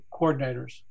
coordinators